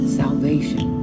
salvation